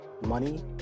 money